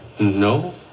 No